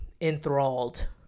enthralled